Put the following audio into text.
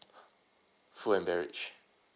food and beverage